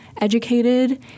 educated